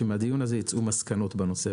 שמהדיון הזה ייצאו מסקנות בנושא,